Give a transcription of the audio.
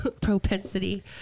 propensity